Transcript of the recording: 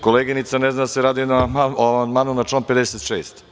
Koleginica ne zna da se radi o amandmanu na član 56.